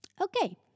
okay